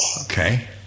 okay